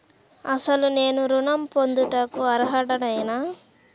అసలు నేను ఋణం పొందుటకు అర్హుడనేన?